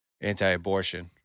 anti-abortion